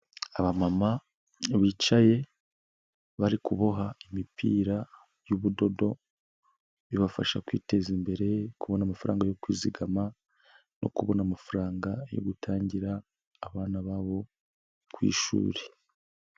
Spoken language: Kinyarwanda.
Abamama bicaye bari kuboha imipira y'ubudodo, bibafasha kwiteza imbere, kubona amafaranga yo kwizigama no kubona amafaranga yo gutangira abana babo ku ishuri.